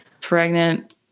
pregnant